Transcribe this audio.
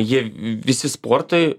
jie visi sportai